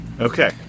Okay